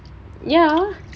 ya